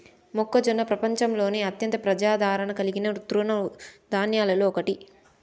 మొక్కజొన్న ప్రపంచంలోనే అత్యంత ప్రజాదారణ కలిగిన తృణ ధాన్యాలలో ఒకటి